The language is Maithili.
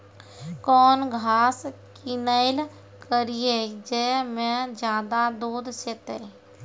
कौन घास किनैल करिए ज मे ज्यादा दूध सेते?